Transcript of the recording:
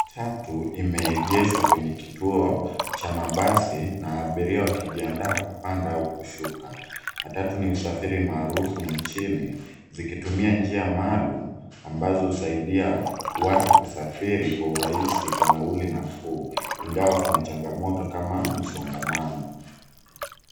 Matatu imeegeshwa kwenye kituo cha mabasi na abiria wakijiandaa kupanda au kushuka. Matatu ni usafiri maarufu nchini, zikitumia njia maalum ambazo husaidia watu kusafiri kwa urahisi kwa nauli nafuu ,ingawa kuna changamoto kama msongamano.